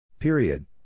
Period